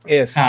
Yes